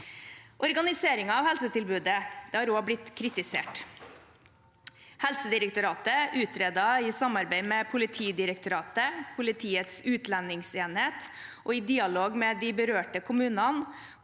Organiseringen av helsetilbudet har også blitt kritisert. Helsedirektoratet utredet i samarbeid med Politidirektoratet, Politiets utlendingsenhet og i dialog med de berørte kommunene